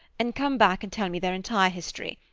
and come back and tell me their entire history.